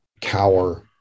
cower